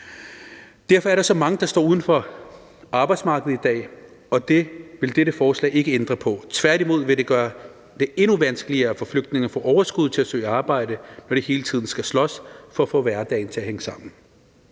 Derfor er der så mange, der i dag står uden for arbejdsmarkedet, og det vil dette forslag ikke ændre på, tværtimod vil det gøre det endnu vanskeligere for flygtninge at få overskud til at søge arbejde, når de hele tiden skal slås for at få hverdagen til at hænge sammen.